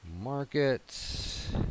markets